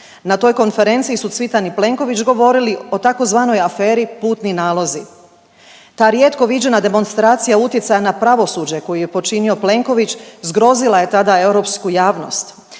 Na toj konferenciji su Cvitan i Plenković govorili o tzv. aferi „putni nalozi“. Ta rijetko viđena demonstracija utjecaja na pravosuđe koju je počinio Plenković zgrozila je tada europsku javnost.